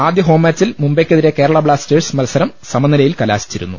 ആദ്യ ഹോംമാച്ചിൽ മുംബൈക്കെതിരെ കേരളാ ബ്ലാസ്റ്റേഴ്സ് മത്സരം സമനിലയിൽ കലാശിച്ചിരുന്നു